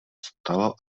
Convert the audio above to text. stalo